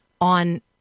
on